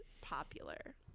popular